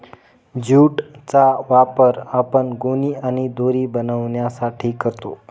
jute चा वापर आपण गोणी आणि दोरी बनवण्यासाठी करतो